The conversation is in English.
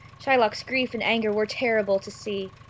shylock's grief and anger were terrible to see.